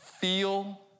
feel